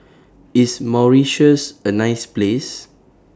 IS Mauritius A nice Place